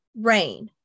Rain